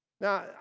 Now